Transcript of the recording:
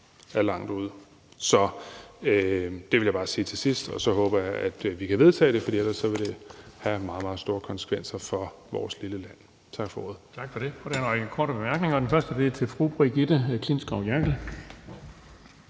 er langt ude. Det ville jeg bare sige til sidst, og så håber jeg, at vi kan vedtage det her, for ellers vil det have meget, meget store konsekvenser for vores lille land. Tak for ordet.